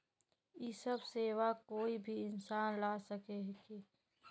इ सब सेवा कोई भी इंसान ला सके है की?